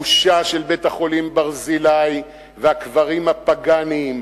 הבושה של בית-החולים "ברזילי", והקברים הפאגניים